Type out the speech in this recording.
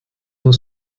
nur